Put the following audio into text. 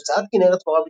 הוצאת כנרת זמורה ביתן,